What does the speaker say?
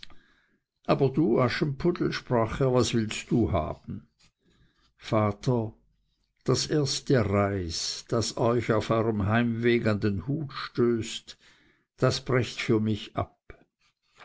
aber du aschenputtel sprach er was willst du haben vater das erste reis das euch auf eurem heimweg an den hut stößt das brecht für mich ab